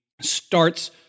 starts